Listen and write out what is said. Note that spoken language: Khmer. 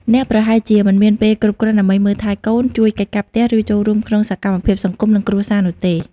អ្នកប្រហែលជាមិនមានពេលគ្រប់គ្រាន់ដើម្បីមើលថែកូន ជួយកិច្ចការផ្ទះ ឬចូលរួមក្នុងសកម្មភាពសង្គម និងគ្រួសារនោះទេ។